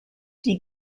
die